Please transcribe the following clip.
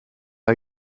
are